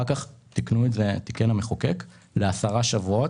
אחר כך בשנת 1980 תיקן המחוקק לעשרה שבועות.